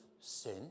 sin